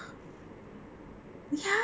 that they checked the records and